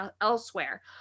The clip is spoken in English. elsewhere